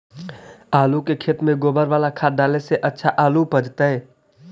आलु के खेत में गोबर बाला खाद डाले से अच्छा आलु उपजतै?